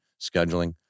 scheduling